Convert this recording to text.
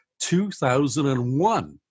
2001